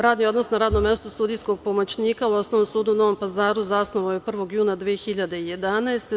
Radni odnos na radnom mestu sudijskog pomoćnika u Osnovnom sudu u Novom Pazaru zasnovao je 1. juna 2011. godine.